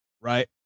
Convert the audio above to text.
right